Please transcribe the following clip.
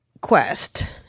quest